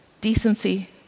decency